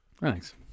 Thanks